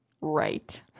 right